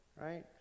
Right